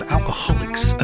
Alcoholics